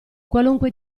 qualunque